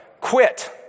quit